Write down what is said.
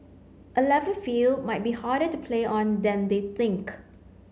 a level field might be harder to play on than they think